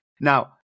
Now